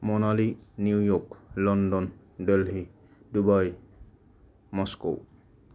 Manali New York London Delhi Dubai Moscow